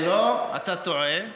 לא, אתה טועה,